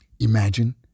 Imagine